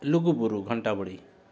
ᱞᱩᱜᱩᱵᱩᱨᱩ ᱜᱷᱚᱱᱴᱟᱵᱟᱲᱮ